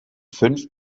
fünf